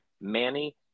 Manny